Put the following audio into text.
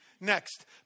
Next